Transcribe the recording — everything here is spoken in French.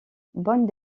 bonne